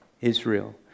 Israel